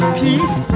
peace